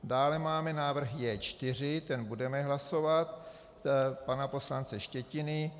Dále máme návrh J4, ten budeme hlasovat, pana poslance Štětiny.